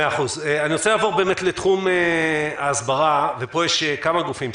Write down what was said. אני רוצה לעבור לתחום ההסברה, ופה יש כמה גופים.